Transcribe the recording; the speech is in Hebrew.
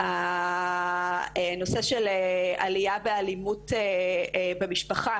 הנושא של עלייה באלימות במשפחה